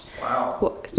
Wow